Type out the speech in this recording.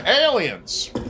aliens